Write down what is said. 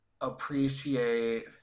appreciate